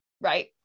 right